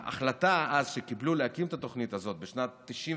ההחלטה שקיבלו אז להקים את התוכנית הזאת בשנת 1992,